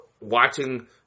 watching